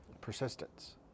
Persistence